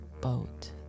boat